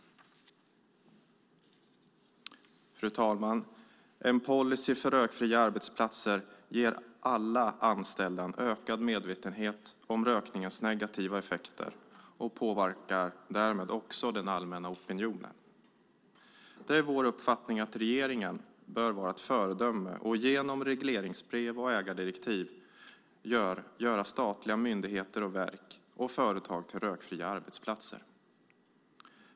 Fru talman! En policy för rökfria arbetsplatser ger alla anställda en ökad medvetenhet om rökningens negativa effekter och påverkar därmed också den allmänna opinionen. Det är vår uppfattning att regeringen bör vara ett föredöme och med hjälp av regleringsbrev och ägardirektiv göra statliga myndigheter, verk och företag till rökfria arbetsplatser.